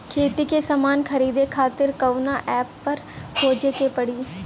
खेती के समान खरीदे खातिर कवना ऐपपर खोजे के पड़ी?